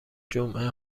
جمعه